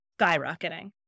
skyrocketing